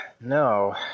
No